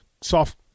soft